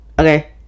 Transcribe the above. okay